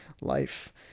life